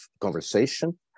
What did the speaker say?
conversation